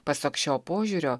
pasak šio požiūrio